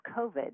COVID